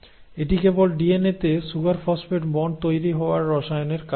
এটি কেবল ডিএনএতে সুগার ফসফেট বন্ড তৈরি হওয়ার রসায়নের কারণে হয়